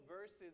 verses